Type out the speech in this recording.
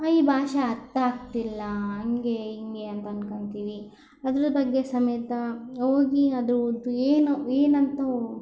ಈ ಭಾಷೆ ಅರ್ಥಾಗ್ತಿಲ್ಲ ಹಾಗೆ ಹೀಗೆ ಅಂತ ಅಂದ್ಕೋತೀವಿ ಅದ್ರ ಬಗ್ಗೆ ಸಮೇತ ಹೋಗಿ ಅದ್ರದ್ದು ಏನು ಏನಂತ